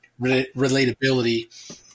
relatability